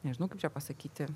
nežinau kaip čia pasakyti